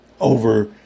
over